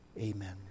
amen